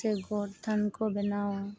ᱥᱮ ᱜᱚᱰ ᱛᱷᱟᱱ ᱠᱚ ᱵᱮᱱᱟᱣᱟ